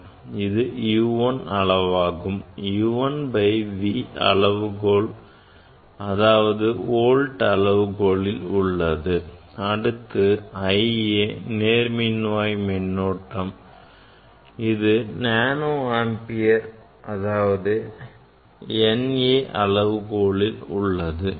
இது U 1 அளவுகளாகும் U 1 by V அளவுகோலில் அதாவது volt அளவுகோலில் உள்ளது அடுத்து IA நேர் மின்வாய் மின்னோட்டம் அது nA அதாவது நானோ ஆம்பியர் அளவுகோலில் உள்ளது